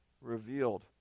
revealed